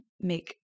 make